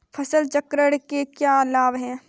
फसल चक्र के क्या लाभ हैं?